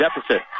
deficit